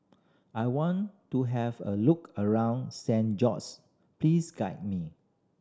I want to have a look around Saint George's please guide me